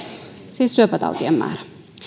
siis syöpätautien määrän